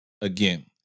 again